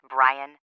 Brian